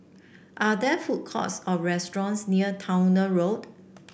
are there food courts or restaurants near Towner Road